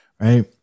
right